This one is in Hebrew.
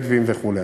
בדואיים וכו'.